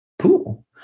Cool